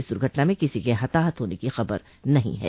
इस दुर्घटना में किसी के हताहत होने की खबर नहीं है